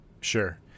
Sure